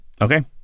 Okay